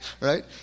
right